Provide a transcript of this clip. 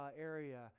area